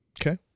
Okay